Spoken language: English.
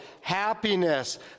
happiness